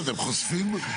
אתם חושפים?